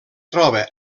troba